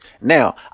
Now